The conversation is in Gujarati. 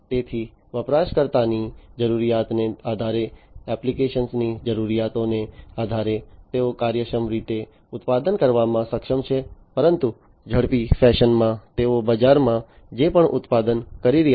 તેથી વપરાશકર્તાની જરૂરિયાતોને આધારે એપ્લિકેશનની જરૂરિયાતોને આધારે તેઓ કાર્યક્ષમ રીતે ઉત્પાદન કરવામાં સક્ષમ છે પરંતુ ઝડપી ફેશનમાં તેઓ બજારમાં જે પણ ઉત્પાદન કરી રહ્યાં છે